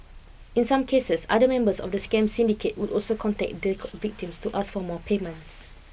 in some cases other members of the scam syndicate would also contact the victims to ask for more payments